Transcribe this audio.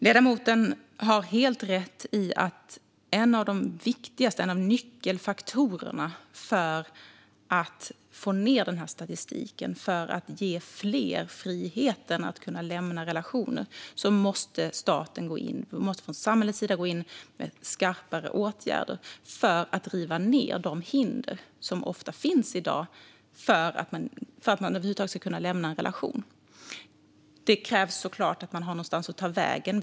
Ledamoten har helt rätt i att en av nyckelfaktorerna för att få ned statistiken och ge fler friheten att kunna lämna relationen är att vi från samhällets sida måste gå in med skarpare åtgärder. Det handlar om att riva ned de hinder som i dag ofta finns för att man över huvud taget ska kunna lämna en relation. Det krävs såklart att man har någonstans att ta vägen.